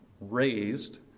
raised